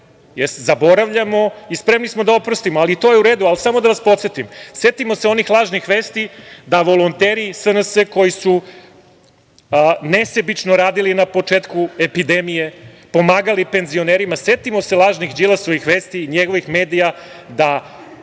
zaboravljamo i spremni smo da oprostimo, ali to je u redu, ali samo da vas podsetim, setimo se onih lažnih vesti da volonteri iz SNS koji su nesebično radili na početku epidemije, pomagali penzionerima, setimo se lažnih Đilasovih vesti i njegovih medija da